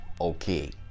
okay